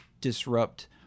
disrupt